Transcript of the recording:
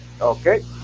Okay